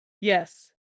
Yes